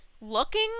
looking